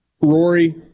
Rory